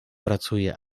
pracuje